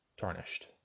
tarnished